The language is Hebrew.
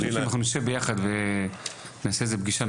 אני חושב שאם נשב ביחד ונעשה איזו פגישה,